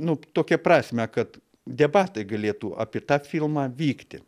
nu tokią prasmę kad debatai galėtų apie tą filmą vykti